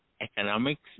economics